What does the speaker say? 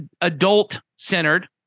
adult-centered